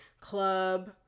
club